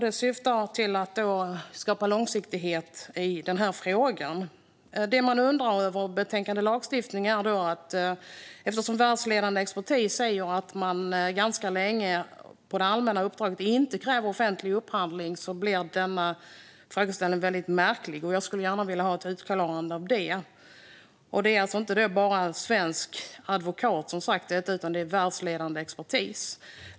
Det syftar till att skapa långsiktighet i den här frågan. Det man undrar över beträffande lagstiftning är detta: Eftersom världsledande expertis säger att man ganska länge i det allmänna uppdraget inte har krävt offentlig upphandling blir denna frågeställning väldigt märklig, och jag skulle gärna vilja ha detta utrett. Det är alltså inte bara en svensk advokat som har sagt detta, utan det är världsledande expertis.